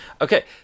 Okay